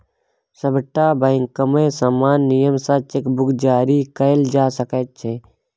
सभटा बैंकमे समान नियम सँ चेक बुक जारी कएल जा सकैत छै